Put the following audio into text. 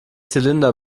zylinder